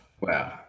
Wow